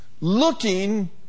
Looking